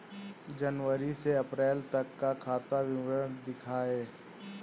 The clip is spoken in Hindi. जनवरी से अप्रैल तक का खाता विवरण दिखाए?